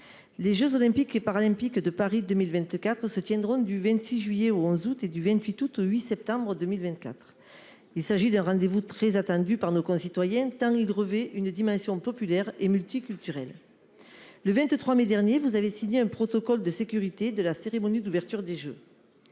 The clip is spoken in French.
Les Jeux olympiques et paralympiques de Paris 2024 se tiendront du 26 juillet au 11 août et du 28 août au 8 septembre 2024. Il s'agit d'un rendez-vous très attendu par nos concitoyens. Grever une dimension populaire et multiculturelle. Le 23 mai dernier, vous avez signé un protocole de sécurité de la cérémonie d'ouverture des Jeux.